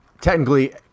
technically